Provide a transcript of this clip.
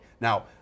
Now